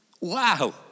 Wow